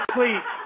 Please